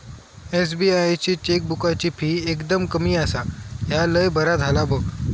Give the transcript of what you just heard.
SBI ची चेकबुकाची fee एकदम कमी आसा, ह्या लय बरा झाला बघ